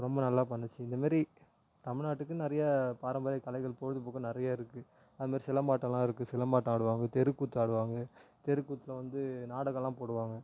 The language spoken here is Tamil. ரொம்ப நல்லா பண்ணுச்சு இதமாரி தமிழ்நாட்டுக்குன்னு நிறையா பாரம்பரிய கலைகள் பொழுதுப்போக்குகள் நிறைய இருக்குது அது மாதிரி சிலம்பாட்டமெலாம் இருக்குது சிலம்பாட்டம் ஆடுவாங்க தெருக்கூத்து ஆடுவாங்க தெருக்கூத்தில் வந்து நாடகமெல்லாம் போடுவாங்க